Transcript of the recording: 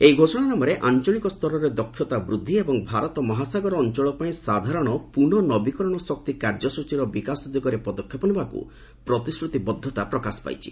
ଏହି ଘୋଷଣାନାମାରେ ଆଞ୍ଚଳିକ ସ୍ତରରେ ଦକ୍ଷତା ବୃଦ୍ଧି ଏବଂ ଭାରତ ମହାସାଗର ଅଞ୍ଚଳ ପାଇଁ ସାଧାରଣ ପୁନଃ ନବିକରଣ ଶକ୍ତି କାର୍ଯ୍ୟସୂଚୀର ବିକାଶ ଦିଗରେ ପଦକ୍ଷେପ ନେବାକୁ ପ୍ରତିଶ୍ରୁତିବଦ୍ଧତା ପ୍ରକାଶ ପାଇଛି